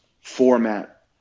format